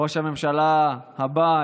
ראש הממשלה הבא,